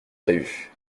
prévu